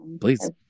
please